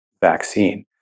vaccine